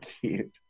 cute